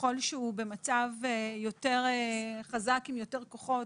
ככל שהוא במצב יותר חזק עם יותר כוחות,